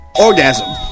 Orgasm